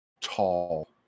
tall